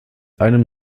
einem